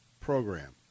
program